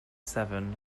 severn